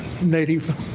native